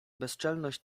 bezczelność